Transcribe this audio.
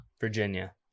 Virginia